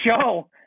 show